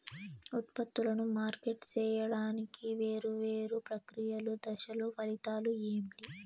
ఉత్పత్తులను మార్కెట్ సేయడానికి వేరువేరు ప్రక్రియలు దశలు ఫలితాలు ఏంటి?